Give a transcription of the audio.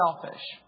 selfish